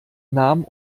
namen